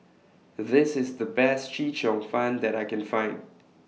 This IS The Best Chee Cheong Fun that I Can Find